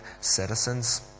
citizens